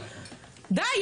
די,